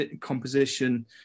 composition